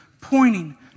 pointing